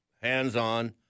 hands-on